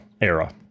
era